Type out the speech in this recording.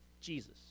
Jesus